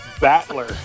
Battler